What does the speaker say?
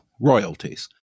Royalties